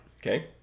Okay